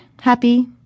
happy